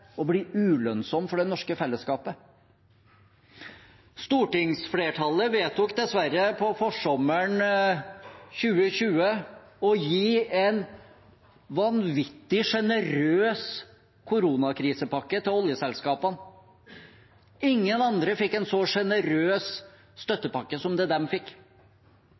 å bli ulønnsomme for det norske fellesskapet. Stortingsflertallet vedtok dessverre på forsommeren 2020 å gi en vanvittig sjenerøs koronakrisepakke til oljeselskapene. Ingen andre fikk en så sjenerøs støttepakke som det de fikk.